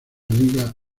liga